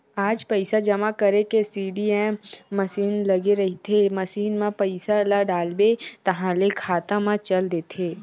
आज पइसा जमा करे के सीडीएम मसीन लगे रहिथे, मसीन म पइसा ल डालबे ताहाँले खाता म चल देथे